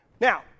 Now